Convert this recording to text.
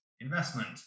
investment